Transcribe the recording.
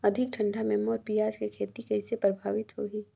अधिक ठंडा मे मोर पियाज के खेती कइसे प्रभावित होही?